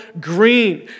green